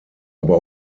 aber